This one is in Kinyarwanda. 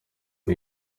uwo